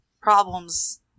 problems